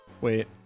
Wait